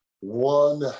one